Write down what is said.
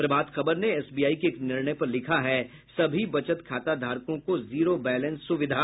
प्रभात खबर ने एसबीआई के एक निर्णय पर लिखा है सभी बचत खाता धारकों को जीरो बैलेंस सुविधा